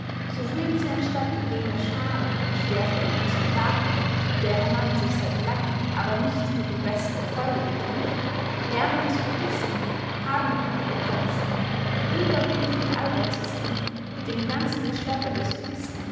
so würden sie anstatt jener scharen von schwerfälligen soldaten derer man sich seit langem aber nicht mit dem besten erfolge bedient lärmende scotisten hartnäckige occanisten unüberwindliche albertisten mit dem ganzen geschleppe der